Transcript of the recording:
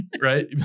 right